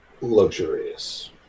luxurious